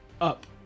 up